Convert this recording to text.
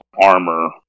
armor